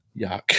yuck